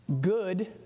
Good